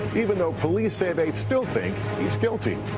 even though police say they still think he's guilty.